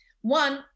One